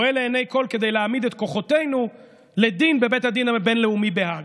כדי להעמיד את כוחותינו לדין בבית הדין הבין-לאומי בהאג.